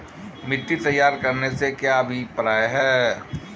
मिट्टी तैयार करने से क्या अभिप्राय है?